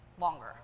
longer